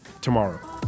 tomorrow